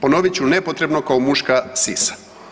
Ponovit ću nepotrebno kao muška sisa.